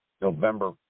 November